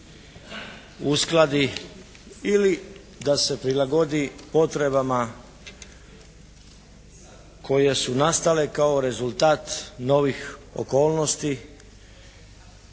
uskladi ili da se prilagodi potrebama koje su nastale kao rezultat novih okolnosti